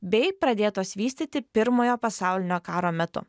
bei pradėtos vystyti pirmojo pasaulinio karo metu